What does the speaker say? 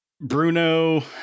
Bruno